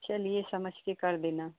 चलिए समझ के कर देना